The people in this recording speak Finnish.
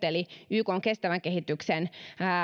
eli ykn kestävän kehityksen